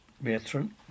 Matron